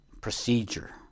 procedure